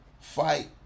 fight